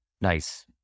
Nice